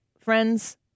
friends